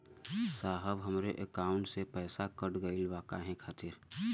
साहब हमरे एकाउंट से पैसाकट गईल बा काहे खातिर?